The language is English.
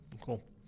cool